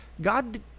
god